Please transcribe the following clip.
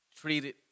treated